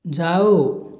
जाओ